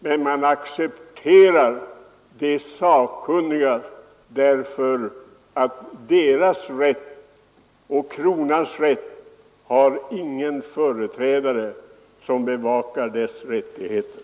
Man accepterar vad de sakkunniga säger därför att befolkningen och kronan inte har några företrädare som bevakar deras rättigheter.